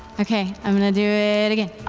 okay, i'm going to do it again.